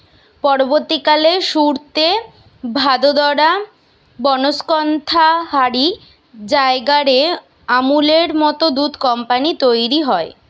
পরবর্তীকালে সুরতে, ভাদোদরা, বনস্কন্থা হারি জায়গা রে আমূলের মত দুধ কম্পানী তইরি হয়